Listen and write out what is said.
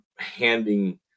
handing